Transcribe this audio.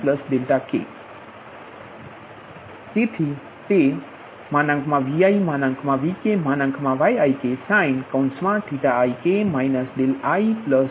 cosik ik તેથી તેViVkYiksinik ik પરંતુ આ સમન્વયન પ્રતીક ત્યાં હશે